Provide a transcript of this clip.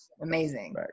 Amazing